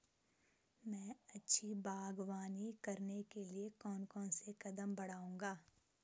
मैं अच्छी बागवानी करने के लिए कौन कौन से कदम बढ़ाऊंगा?